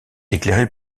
éclairés